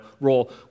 role